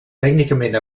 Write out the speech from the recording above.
tècnicament